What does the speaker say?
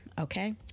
okay